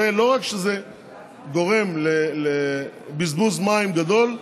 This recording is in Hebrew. זה לא רק גורם לבזבוז מים גדול,